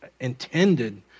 intended